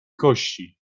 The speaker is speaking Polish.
kości